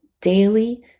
daily